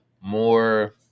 more